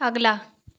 अगला